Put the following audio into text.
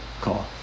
call